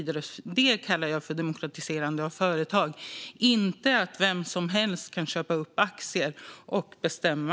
Det kallar jag för demokratiserande av företag, inte att vem som helst kan köpa aktier och bestämma.